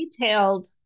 detailed